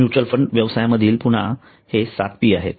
mutual fund व्यवसायामधील पुन्हा हे 7 पी आहेत